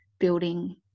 building